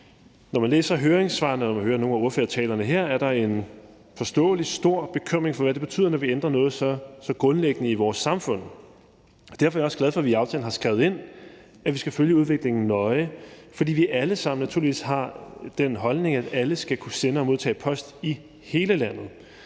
af ordførertalerne her, er der forståeligt en stor bekymring for, hvad det betyder, når vi ændrer noget så grundlæggende i vores samfund, og derfor er jeg også glad for, at vi i aftalen har skrevet ind, at vi skal følge udviklingen nøje. For vi har naturligvis alle sammen den holdning, at alle skal kunne sende og modtage post i hele landet.